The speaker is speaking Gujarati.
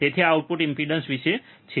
તેથી આ આઉટપુટ ઇમ્પેડન્સ વિશે છે